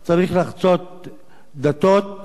צריך לחצות דתות,